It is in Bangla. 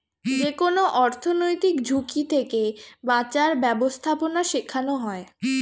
যেকোনো অর্থনৈতিক ঝুঁকি থেকে বাঁচার ব্যাবস্থাপনা শেখানো হয়